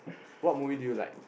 what movie do you like